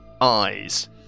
eyes